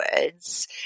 words